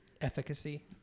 Efficacy